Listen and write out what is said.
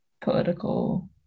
political